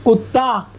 کتا